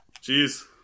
cheers